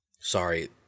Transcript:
Sorry